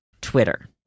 Twitter